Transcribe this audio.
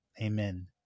Amen